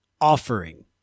offering